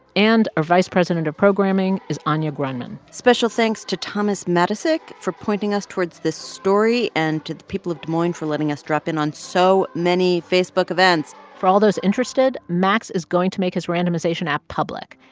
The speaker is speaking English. and our vice president of programming is anya grundmann special thanks to thomas madisik for pointing us towards this story and to the people of des moines for letting us drop in on so many facebook events for all those interested, max is going to make his randomization app public.